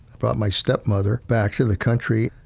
brought my stepmother back to the country.